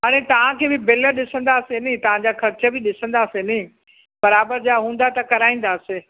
हाणे तव्हांखे बि बिल ॾिसंदासीं नी तव्हां जा ख़र्चु बि ॾिसंदासीं नी बराबरि जा हूंदा त कराईंदासीं